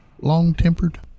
Long-tempered